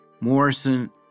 Morrison